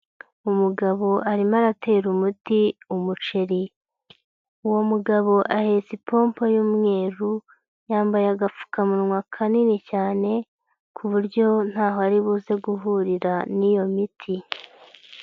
Umugabo arimo aratera umuti umuceri, uwo mugabo ahetse ipompo y'umweru, yambaye agapfukamunwa kanini cyane ku buryo ntaho aribuze guhurira n'iyo miti.